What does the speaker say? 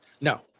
No